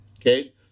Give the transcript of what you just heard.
okay